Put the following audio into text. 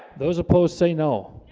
those opposed say no